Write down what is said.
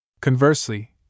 Conversely